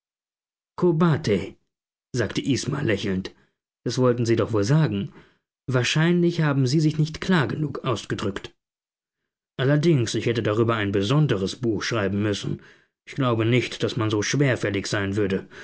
sagte isma lächelnd das wollten sie doch wohl sagen wahrscheinlich haben sie sich nicht klar genug ausgedrückt allerdings ich hätte darüber ein besonderes buch schreiben müssen ich glaubte nicht daß man so schwerfällig sein würde